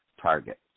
target